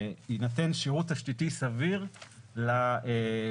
שיינתן שירות תשתיתי סביר לתוכנית.